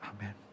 Amen